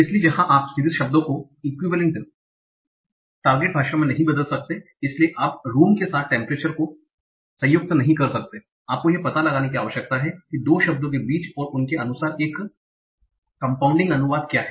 इसलिए जहाँ आप सीधे शब्दों को इक्विलेंट equivalent समकक्ष टार्गेट भाषाओं में नहीं बदल सकते हैं इसलिए आप रूम के साथ टेम्परेचर को FL से संयुक्त नहीं कह सकते हैं आपको यह पता लगाने की आवश्यकता है कि दो शब्दों के बीच और उसके अनुसार एक यौगिक अनुवाद है